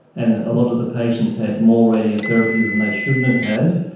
and a lot of the patients had more radiotherapy than they should and have had,